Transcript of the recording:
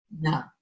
No